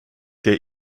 der